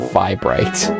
vibrate